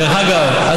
אגב,